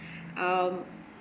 um